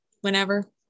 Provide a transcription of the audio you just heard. whenever